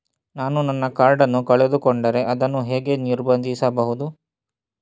ನಾನು ನನ್ನ ಕಾರ್ಡ್ ಅನ್ನು ಕಳೆದುಕೊಂಡರೆ ಅದನ್ನು ಹೇಗೆ ನಿರ್ಬಂಧಿಸಬಹುದು?